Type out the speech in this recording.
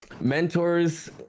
mentors